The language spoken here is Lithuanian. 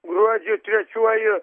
gruodžio trečiuoju